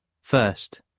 First